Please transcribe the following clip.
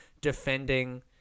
defending